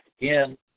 again